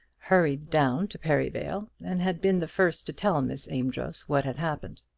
hurried down to perivale, and had been the first to tell miss amedroz what had happened.